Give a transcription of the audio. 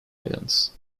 islands